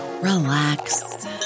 relax